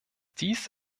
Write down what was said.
dies